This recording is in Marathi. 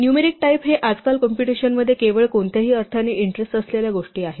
न्यूमरिक टाईप हे आजकाल कॉम्प्युटेशन मध्ये केवळ कोणत्याही अर्थाने इंटरेस्ट असलेल्या गोष्टी आहेत